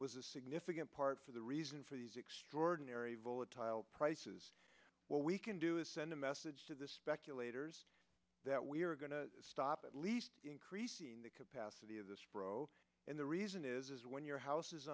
was a significant part for the reason for these extraordinary volatile prices what we can do is send a message to the speculators that we are going to stop at least increase the capacity of the spro and the reason is when your house is